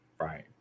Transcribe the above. Right